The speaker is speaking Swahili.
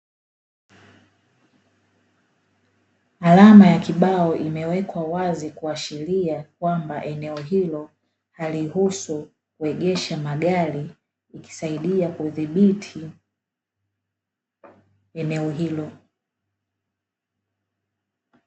Alama ya kibao imewekwa wazi kuashiria kwamba eneo hilo haliruhusu kuegesha magari ikisaidia kudhibiti eneo hilo.